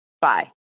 bye